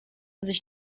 sich